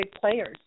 players